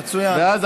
ואז,